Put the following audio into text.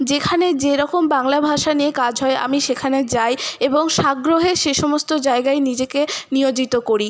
যেখানে যেরকম বাংলা ভাষা নিয়ে কাজ হয় আমি সেখানে যাই এবং সাগ্রহে সেই সমস্ত জায়গায় নিজেকে নিয়োজিত করি